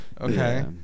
Okay